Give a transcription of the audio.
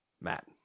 Matt